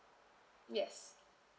yes